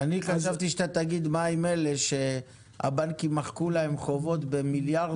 אני חשבתי שאתה תגיד מה עם אלה שהבנקים מחקו להם חובות במיליארדים,